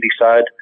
side